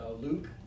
Luke